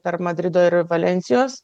tarp madrido ir valensijos